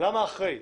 למה אחרי?